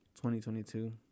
2022